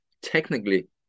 technically